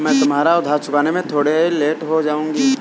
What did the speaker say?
मैं तुम्हारा उधार चुकाने में थोड़ी लेट हो जाऊँगी